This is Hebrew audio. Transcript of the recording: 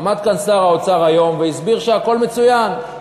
עמד כאן שר האוצר היום והסביר שהכול מצוין.